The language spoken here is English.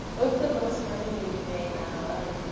what's the most money you've made on a bug?